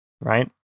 right